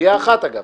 בסוגיה אחרת אגב,